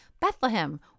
Bethlehem